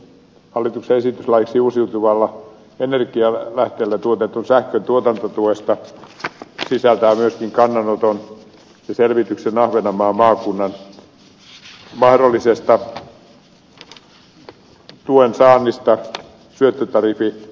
hallituksen esitys laiksi uusiutuvilla energialähteillä tuotetun sähkön tuotantotuesta sisältää myöskin kannanoton ja selvityksen ahvenanmaan maakunnan mahdollisesta tuen saannista syöttötariffijärjestelmässä